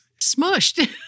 Smushed